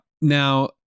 now